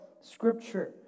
Scripture